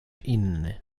inny